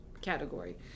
category